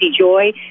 Joy